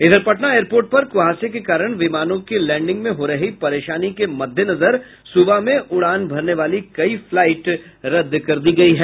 इधर पटना एयरपोर्ट पर कुहासे के कारण विमानों के लैंडिंग में हो रही परेशानी के मद्देनजर सुबह में उड़ान भरने वाली कई फ्लाईट रद्द कर दी गयी है